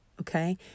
okay